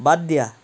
বাদ দিয়া